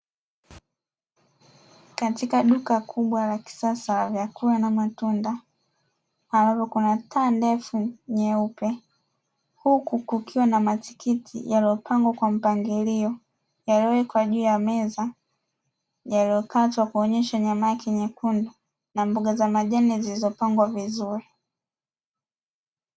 Katika duka kubwa la kisasa la vyakula na matunda ambapo kuna taa ndefu nyeupe huku kukiwa na matikiti yaliyopangwa kwa mpangilio yaliyowekwa juu ya meza, yaliyokatwa kuonyesha nyama yake nyekundu na mboga za majani zilizopangwa vizuri.